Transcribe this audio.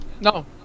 No